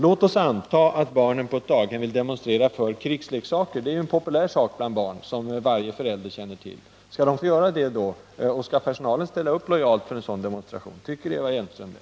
Låt oss anta att barnen på ett daghem vill demonstrera för krigsleksaker; det är ju en populär sak bland barn, som varje förälder känner till. Skall de få göra det då, och skall personalen ställa upp lojalt för en sådan demonstration? Tycker Eva Hjelmström det?